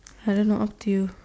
I don't know up to you